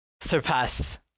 surpass